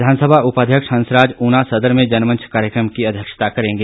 विधानसभा उपाध्यक्ष हंसराज ऊना सदर में जनमंच कार्यक्रम की अध्यक्षता करेंगे